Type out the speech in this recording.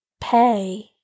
pay